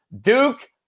Duke